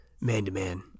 man-to-man